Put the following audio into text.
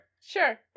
sure